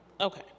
okay